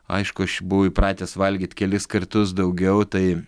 aišku aš buvau įpratęs valgyti kelis kartus daugiau tai